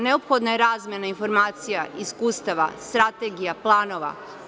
Neophodna je razmena informacija, iskustava, strategija, planova.